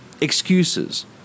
excuses